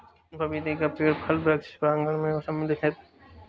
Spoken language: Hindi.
पपीते का पेड़ फल वृक्ष प्रांगण मैं सम्मिलित है